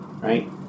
Right